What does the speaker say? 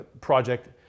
project